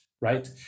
right